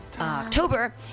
October